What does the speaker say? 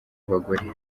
abagore